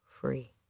free